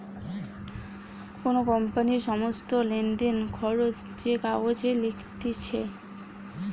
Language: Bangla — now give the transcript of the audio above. কোন কোম্পানির সমস্ত লেনদেন, খরচ যে কাগজে লিখতিছে